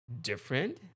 different